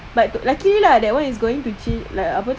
but luckily lah that [one] is going to like apa tu